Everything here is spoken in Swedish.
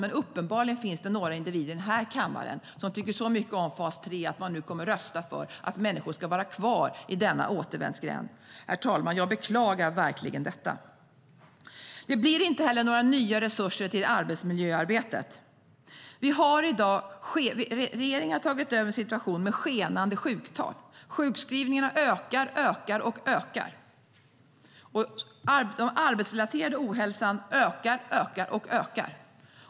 Men uppenbarligen finns det några individer i den här kammaren som tycker så mycket om fas 3 att man nu kommer att rösta för att människor ska vara kvar i denna återvändsgränd. Jag beklagar verkligen detta, herr talman. Det blir inte heller några nya resurser till arbetsmiljöarbetet. Regeringen har tagit över en situation med skenande sjuktal. Sjukskrivningarna ökar, ökar och ökar. Den arbetsrelaterade ohälsan ökar, ökar och ökar.